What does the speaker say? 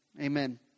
Amen